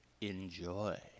enjoy